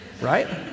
right